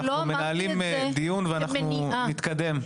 אנחנו מנהלים דיון ואנחנו נתקדם.